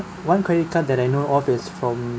one credit card that I know of is from